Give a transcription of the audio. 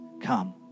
come